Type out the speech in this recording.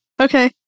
Okay